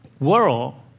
world